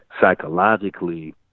psychologically